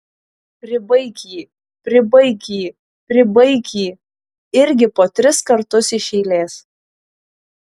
pribaik jį pribaik jį pribaik jį irgi po tris kartus iš eilės